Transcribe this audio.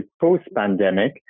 post-pandemic